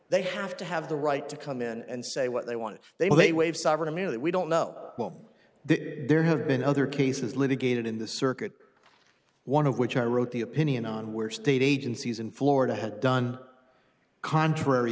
they have to have the right to come in and say what they want to they will they waive sovereign immunity we don't know the there have been other cases litigated in the circuit one of which i wrote the opinion on where state agencies in florida had done contrary